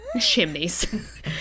Chimneys